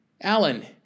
Alan